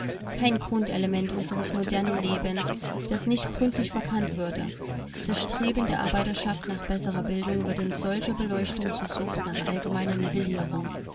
kein grundelement unseres modernen lebens das nicht gründlich verkannt würde das streben der arbeiterschaft nach besserer bildung wird in solcher beleuchtung zur sucht nach allgemeiner nivellierung